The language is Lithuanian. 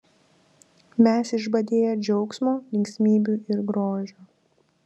mes išbadėję džiaugsmo linksmybių ir grožio